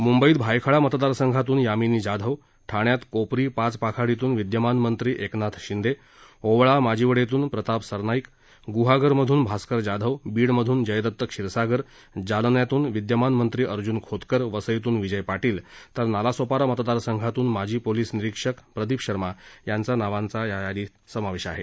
म्ंबईत भायखळा मतदारसंघातून यामिनी जाधव ठाण्यात कोपरी पाचपाखाडीतून विद्यमान मंत्री एकनाथ शिंदे ओवाळा माजिवडेतून प्रताप सरनाईक गुहागरमधून भास्कर जाधव बीडमधून जयदत्त क्षीरसागर जालन्यातून अर्जून खोतकरवसईतून विजय पाटील तर नालासोपारा मतदारसंघातून माजी पोलिस निरीक्षक प्रदीप शर्मा यांच्या नावांचा या यादीत समावेश आहे